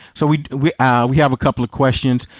so we we ah we have a couple of questions.